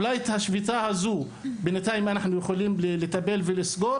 אולי נצליח לפתור את השביתה הזו ולטפל בבעיה באופן זמני,